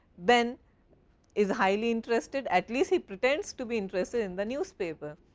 ben is highly interested at least he pretends to be interested in the newspaper.